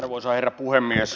arvoisa herra puhemies